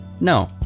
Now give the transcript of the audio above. No